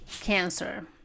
cancer